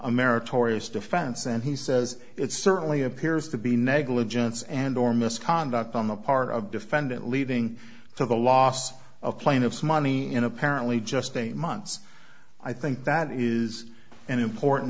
america tory's defense and he says it certainly appears to be negligence and or misconduct on the part of defendant leading to the loss of plaintiff's money in apparently just eight months i think that is an important